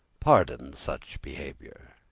pardon such behavior.